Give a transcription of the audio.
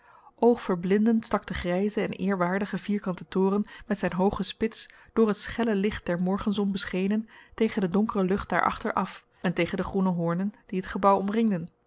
oogverblindend stak de grijze en eerwaardige vierkante toren met zijn hooge spits door het schelle licht der morgenzon beschenen tegen de donkere lucht daar achter af en tegen de groene hoornen die het gebouw omringden